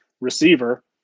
receiver